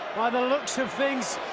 by the looks of things,